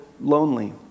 lonely